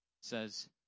says